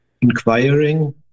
inquiring